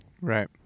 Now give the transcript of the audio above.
Right